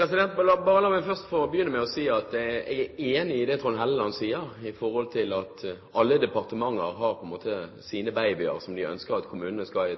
La meg bare først få begynne med å si at jeg er enig i det Trond Helleland sier om at alle departementer på en måte har sine «babyer» som de ønsker at kommunene skal